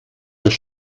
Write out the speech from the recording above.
das